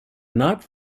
not